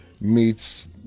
meets